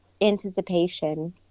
anticipation